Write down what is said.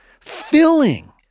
filling